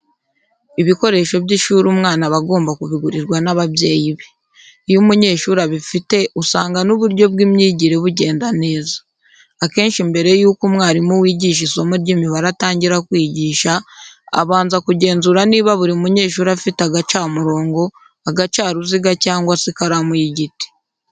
Ibikoresho by'ishuri umwana aba agomba kubigurirwa n'ababyeyi be. Iyo umunyeshuri abifite usanga n'uburyo bw'imyigire bugenda neza. Akenshi mbere yuko umwarimu wigisha isomo ry'imibare atangira kwigisha, abanza kugenzura niba buri munyeshuri afite agacamurongo, agacaruziga cyangwa se ikaramu y'igiti.